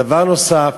דבר נוסף,